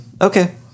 Okay